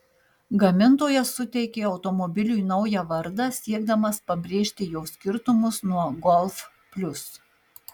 gamintojas suteikė automobiliui naują vardą siekdamas pabrėžti jo skirtumus nuo golf plius